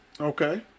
Okay